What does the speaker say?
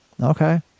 Okay